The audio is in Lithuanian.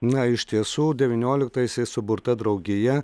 na iš tiesų devynioliktaisiais suburta draugija